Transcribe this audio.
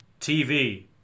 TV